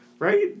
Right